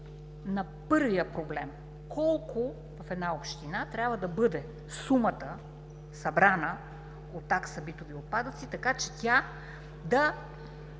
на първия проблем: колко в една община трябва да бъде сумата, събрана от такса битови отпадъци, така че тя да